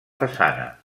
façana